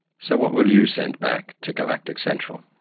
so what will you send back to galactic central?